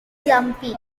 lumpy